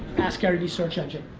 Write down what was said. ask garyvee search engine.